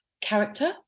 character